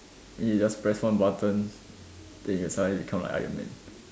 then you just press one button then you suddenly become like iron man